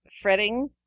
fretting